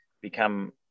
become